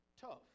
tough